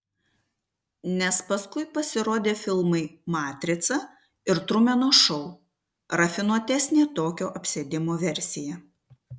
nes paskui pasirodė filmai matrica ir trumeno šou rafinuotesnė tokio apsėdimo versija